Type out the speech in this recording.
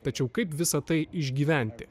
tačiau kaip visa tai išgyventi